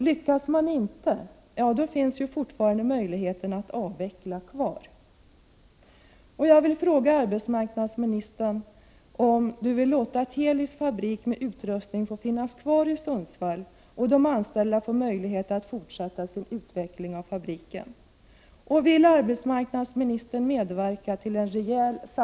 Lyckas man inte finns ju fortfarande möjligheten att avveckla.